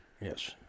Yes